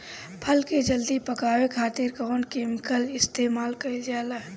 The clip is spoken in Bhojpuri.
फल के जल्दी पकावे खातिर कौन केमिकल इस्तेमाल कईल जाला?